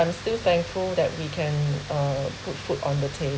I'm still thankful that we can uh put food on the table